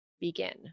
begin